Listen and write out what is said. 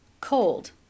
cold